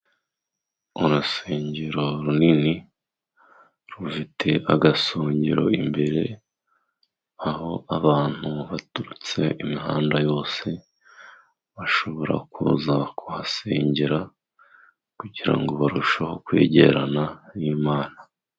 Urusengero runini rufite agasongero imbere, aho abantu baturutse imihanda yose, bashobora kuza kuhasengera kugira ngo barusheho kwegerana n'Imana.